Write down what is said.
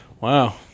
Wow